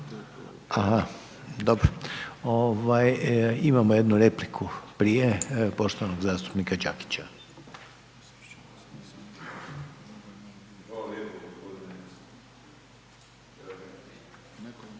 Aha, dobro. Imamo jednu repliku prije, poštovanog zastupnika Đakića. **Đakić, Josip (HDZ)** Hvala lijepo